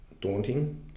daunting